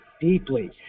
deeply